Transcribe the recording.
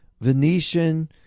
Venetian